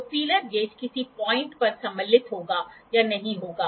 तो feeler gauge किसी point पर सम्मिलित होगा या नहीं होगा